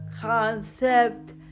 concept